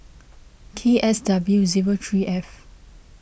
K S W zero three F